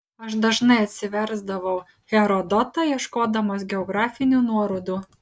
aš dažnai atsiversdavau herodotą ieškodamas geografinių nuorodų